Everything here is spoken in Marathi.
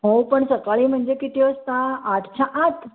हो पण सकाळी म्हणजे किती वाजता आठच्या आत